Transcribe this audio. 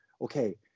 okay